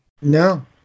No